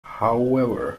however